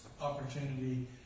opportunity